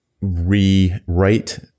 rewrite